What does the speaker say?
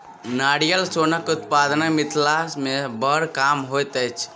नारियल सोनक उत्पादन मिथिला मे बड़ कम होइत अछि